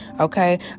Okay